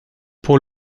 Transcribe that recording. pour